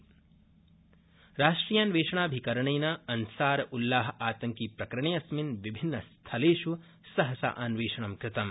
N I A राष्ट्रियान्वेषणाभिकरणेन अंसार उल्लाह तंकी प्रकरणेऽस्मिन् विभिन्न स्थलेषु सहसा अन्वेषणं कृतम्